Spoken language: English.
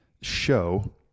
show